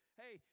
hey